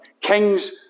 Kings